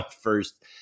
first